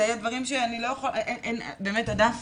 זה דברים שאני לא יכולה, הדף